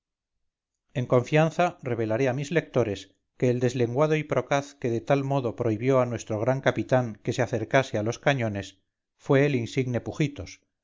en confianza revelaré a mis lectores que el deslenguado y procaz que de tal modo prohibió a nuestro gran capitán que se acercase a los cañones fue el insigne pujitos